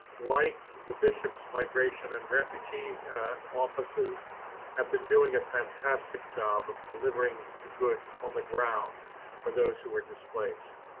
like the bishops migration and refugee offices have been doing a fantastic job of delivering the goods on the ground for those who are displaced.